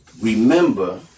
Remember